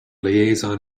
liaison